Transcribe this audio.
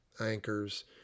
anchors